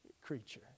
creature